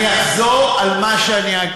אני אחזור על מה שאמרתי: